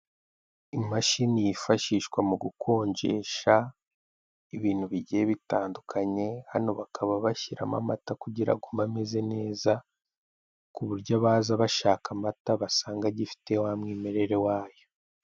Imashini yifashishwa mu gukonjesha, ibintu bigiye bitandukanye hano bakaba bashyiramo amata kugira ugume ameze neza, ku buryo baza bashaka amata basanga agifite wa mwimerere wayo.